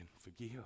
forgive